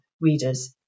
readers